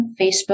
Facebook